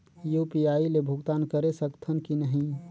UPI ले भुगतान करे सकथन कि नहीं?